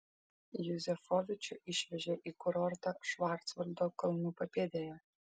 juzefovičių išvežė į kurortą švarcvaldo kalnų papėdėje